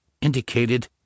indicated